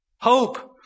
Hope